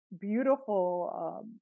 beautiful